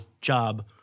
job